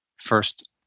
First